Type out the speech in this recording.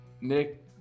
Nick